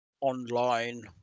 online